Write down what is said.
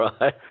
right